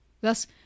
thus